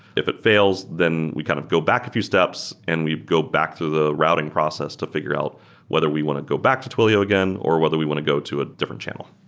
if it fails, then we kind of go back a few steps and we go back to the routing process to figure out whether we want to go back to twilio again or whether we want to go to ah a channel.